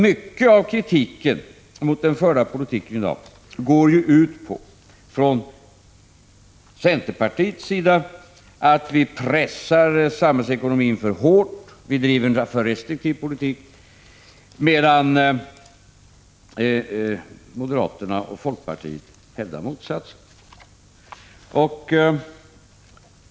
Mycket av kritiken från centerpartiets sida mot den i dag förda politiken gå ut på att vi pressar samhällsekonomin för hårt, att vi driver en alltför restriktiv politik. Moderaterna och folkpartiet däremot hävdar motsatsen.